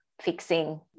fixing